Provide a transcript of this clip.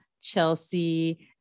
Chelsea